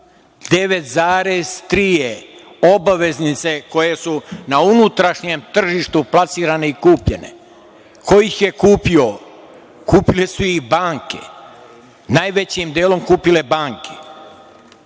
9,3 su obveznice koje su na unutrašnjem tržištu plasirane i kupljene. Ko ih je kupio? Kupile su ih banke. Najvećim delom su ih kupile banke.